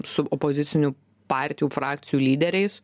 su opozicinių partijų frakcijų lyderiais